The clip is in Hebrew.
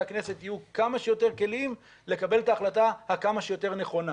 הכנסת יהיו כמה שיותר כלים לקבל את ההחלטה הכמה שיותר נכונה?